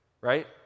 right